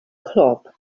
club